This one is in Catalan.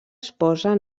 esposa